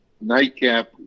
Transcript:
nightcap